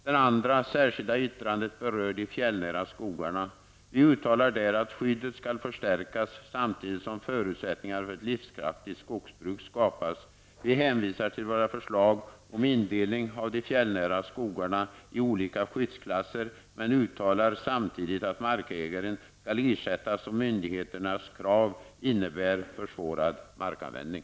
Det andra särskilda yttrandet berör de fjällnära skogarna. Vi uttalar där att skyddet skall förstärkas samtidigt som förutsättningar för ett livskraftigt skogsbruk skapas. Vi hänvisar till våra förslag om indelning av de fjällnära skogarna i olika skyddsklasser, men uttalar samtidigt att markägaren skall ersättas om myndigheternas krav innebär försvårad markanvändning.